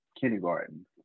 kindergarten